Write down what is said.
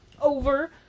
over